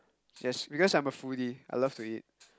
yes because I'm a foodie I love to eat